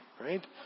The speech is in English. Right